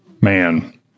man